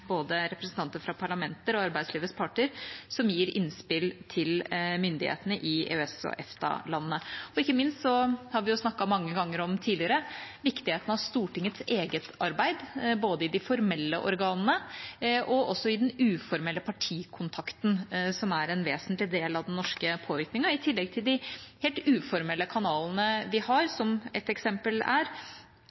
representanter fra både parlamenter og arbeidslivets parter som gir innspill til myndighetene i EØS- og EFTA-landene. Ikke minst har vi jo mange ganger tidligere snakket om viktigheten av Stortingets eget arbeid, både i de formelle organene og i den uformelle partikontakten, som er en vesentlig del av den norske påvirkningen, i tillegg til de helt uformelle kanalene vi har. Et eksempel er